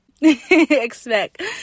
expect